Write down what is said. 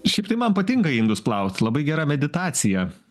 šiaip tai man patinka indus plaut labai gera meditacija